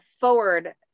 forward